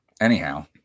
Anyhow